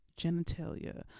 genitalia